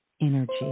energy